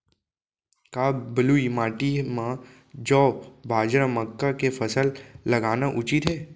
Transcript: का बलुई माटी म जौ, बाजरा, मक्का के फसल लगाना उचित हे?